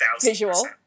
visual